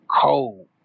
cold